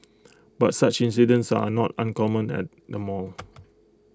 but such incidents are not uncommon at the mall